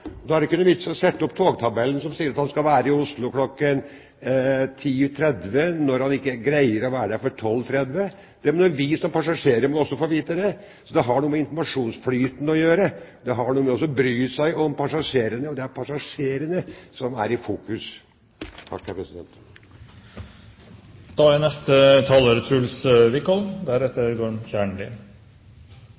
da noen vite på forhånd! Og det er ikke noen vits i å sette opp en togtabell som sier at man skal være i Oslo kl. 10.30, når man ikke greier å være der før kl. 12.30. Vi som passasjerer må også få vite det. Så det har noe med informasjonsflyten å gjøre. Det har noe med å bry seg om passasjerene. Det er passasjerene som må være i fokus.